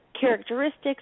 characteristics